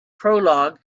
prologue